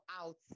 out